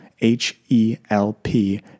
H-E-L-P